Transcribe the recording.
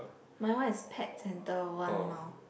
my one is pet centre one mile